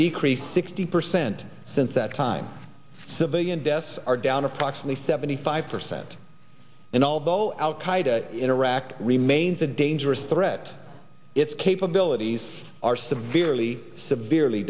decreased sixty percent since that time civvy and deaths are down approximately seventy five percent and although al qaeda in iraq remains a dangerous threat its capabilities are severely severely